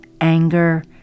anger